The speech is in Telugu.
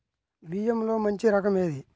బియ్యంలో మంచి రకం ఏది?